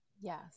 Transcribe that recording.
Yes